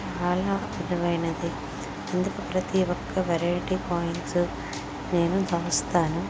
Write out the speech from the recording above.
చాలా అద్బుతమైనది అందుకే ప్రతీ ఒక్క వేరైటీ కాయిన్స్ నేను దాస్తాను